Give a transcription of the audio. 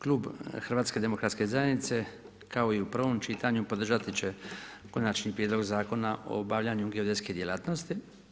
Klub HDZ-a, kao i u prvom čitanju podržati će konačni Prijedlog zakona o obavljanju geodetske djelatnosti.